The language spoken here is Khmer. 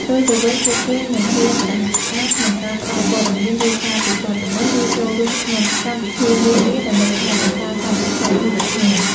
ផ្ទុយទៅវិញ ពួកគេនឹង ហ៊ានសហការ ក្នុងការផ្តល់ព័ត៌មាន រាយការណ៍ពីបទល្មើស ឬចូលរួមក្នុងកម្មវិធីនានា ដើម្បីថែរក្សាសន្តិសុខមូលដ្ឋាន។